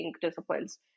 disciplines